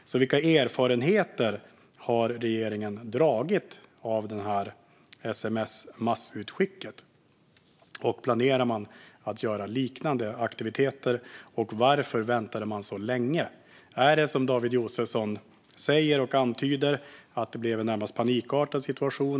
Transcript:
Vilka slutsatser har regeringen dragit av sms-massutskicket, och planerar man att göra liknande aktiviteter? Och varför väntade man så länge? Är det som David Josefsson antyder, att det blev en närmast panikartad situation?